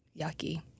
yucky